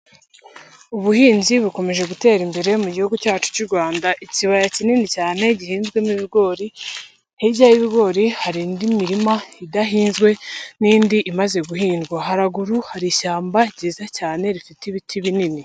Ubuhinzi bukomeje gutera imbere mu gihugu cyacu cy'u Rwanda, ikibaya kinini cyane gihinzwemo ibigori, hirya y'ibigori hari indi mirima idahinzwe n'indi imaze guhingwa, haruguru hari ishyamba ryiza cyane rifite ibiti binini.